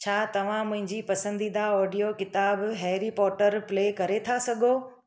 छा तव्हां मुंहिंजी पसंदीदा ओडिओ किताबु हैरी पौटर प्ले करे था सघो